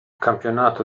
campionamento